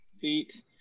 feet